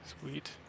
Sweet